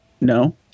No